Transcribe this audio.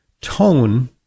tone